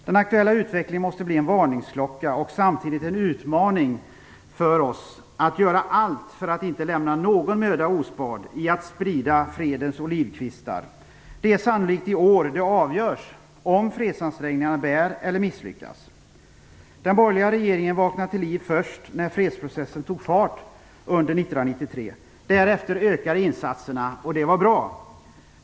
Den aktuella utvecklingen måste bli en varningsklocka och samtidigt en utmaning för oss att göra allt för att inte lämna någon möda ospard att sprida fredens olivkvistar. Det är sannolikt i år det avgörs, om fredsansträngningarna bär eller misslyckas. Den borgerliga regeringen vaknade till liv först när fredsprocessen tog fart under 1993. Därefter ökade insatserna. Det var bra.